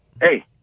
hey